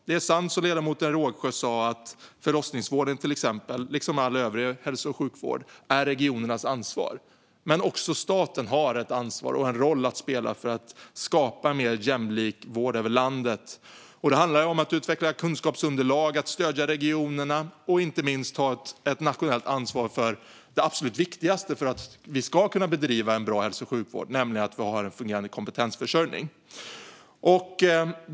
Det är sant, som ledamoten Rågsjö sa, att till exempel förlossningsvården - liksom all övrig hälso och sjukvård - är regionernas ansvar. Men också staten har ett ansvar och en roll att spela för att skapa en mer jämlik vård över landet. Det handlar om att utveckla kunskapsunderlag, stödja regionerna och inte minst ta ett nationellt ansvar för det absolut viktigaste för att man ska kunna bedriva en bra hälso och sjukvård, nämligen att det finns en fungerande kompetensförsörjning.